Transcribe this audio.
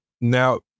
now